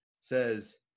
says